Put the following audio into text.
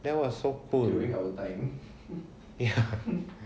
that was so cool ya